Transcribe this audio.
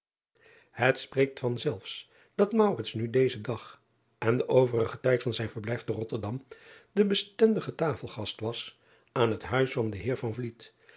et spreekt van zelfs dat nu dezen dag en den overigen tijd van zijn verblijf te otterdam de bestendige tafelgast was aan het huis van den eer